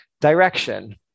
direction